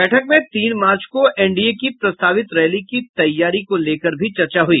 बैठक में तीन मार्च को एनडीए की प्रस्तावित रैली की तैयारी को लेकर भी चर्चा हुई